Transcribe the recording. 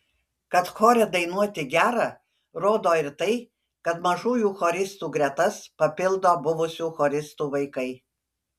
kad chore dainuoti gera rodo ir tai kad mažųjų choristų gretas papildo buvusių choristų vaikai